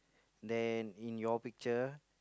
then in your picture